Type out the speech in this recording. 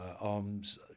Arms